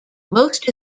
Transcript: most